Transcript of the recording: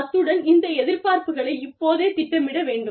அத்துடன் இந்த எதிர்பார்ப்புகளை இப்போதே திட்டமிட வேண்டும்